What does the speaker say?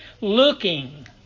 Looking